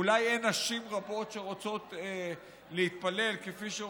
אולי אין נשים רבות שרוצות להתפלל כפי שרוצות,